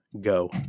go